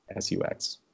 SUX